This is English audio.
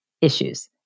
issues